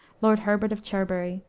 lord herbert of cherbury,